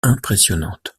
impressionnantes